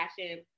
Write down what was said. fashion